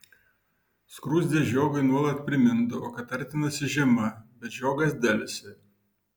skruzdė žiogui nuolat primindavo kad artinasi žiema bet žiogas delsė